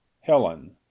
Helen